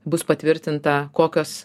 bus patvirtinta kokios